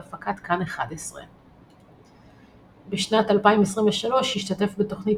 בהפקת כאן 11. בשנת 2023 השתתף בתוכנית